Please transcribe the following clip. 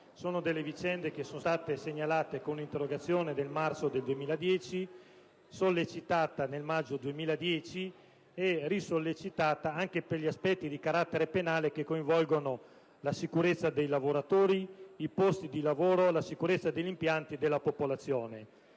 Sono vicende che sono state segnalate nell'interrogazione presentata in data 23 marzo 2010, sollecitata nel maggio 2010 e risollecitata oggi, anche per gli aspetti di carattere penale che coinvolgono la sicurezza dei lavoratori, i posti di lavoro, la sicurezza degli impianti e della popolazione.